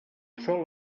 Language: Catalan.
sol